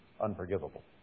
unforgivable